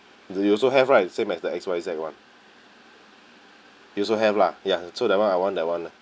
do you also have right same as the X Y Z one you also have lah ya so that [one] I want that [one] lah